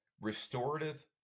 restorative